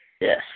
Yes